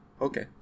Okay